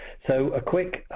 so a quick